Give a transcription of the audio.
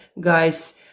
guys